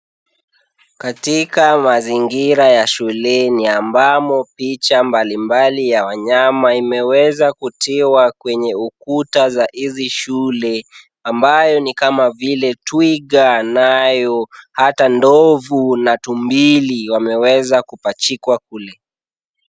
Katika mazingira ya shuleni, ambamo picha mbalimbali ya wanyama imeweza kutiwa kwenye ukuta za hizi shule, ambayo ni kama vile twiga nayo hata ndovu na tumbili wameweza kupachikwa kule.